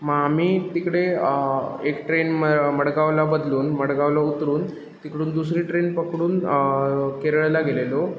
मग आम्ही तिकडे एक ट्रेन म मडगावला बदलून मडगावला उतरून तिकडून दुसरी ट्रेन पकडून केरळला गेलेलो